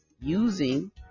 using